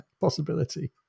possibility